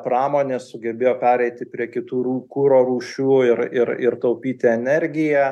pramonė sugebėjo pereiti prie kitų kuro rūšių ir ir ir taupyti energiją